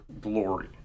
glory